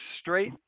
straight